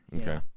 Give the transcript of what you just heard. Okay